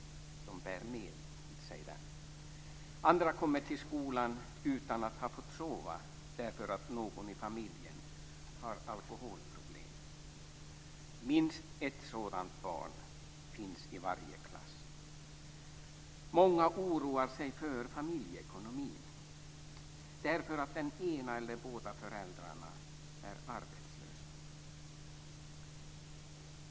De bär med sig den. Andra kommer till skolan utan att ha fått sova därför att någon i familjen har alkoholproblem. Minst ett sådant barn finns i varje klass. Många oroar sig för familjeekonomin därför att den ena eller båda föräldrarna är arbetslösa.